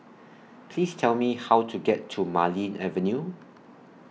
Please Tell Me How to get to Marlene Avenue